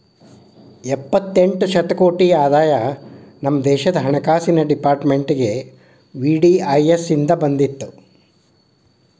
ಎಪ್ಪತ್ತೆಂಟ ಶತಕೋಟಿ ಆದಾಯ ನಮ ದೇಶದ್ ಹಣಕಾಸಿನ್ ಡೆಪಾರ್ಟ್ಮೆಂಟ್ಗೆ ವಿ.ಡಿ.ಐ.ಎಸ್ ಇಂದ್ ಬಂದಿತ್